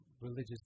religious